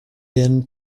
been